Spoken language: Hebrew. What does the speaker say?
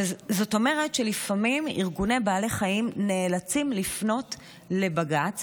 זאת אומרת שלפעמים ארגוני בעלי חיים נאלצים לפנות לבג"ץ,